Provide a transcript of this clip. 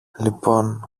λοιπόν